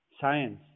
science